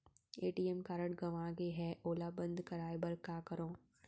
ATM card गंवा गे है ओला बंद कराये बर का करंव?